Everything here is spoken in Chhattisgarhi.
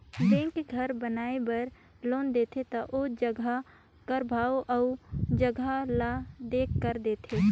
बेंक घर बनाए बर लोन देथे ता ओ जगहा कर भाव अउ जगहा ल देखकर देथे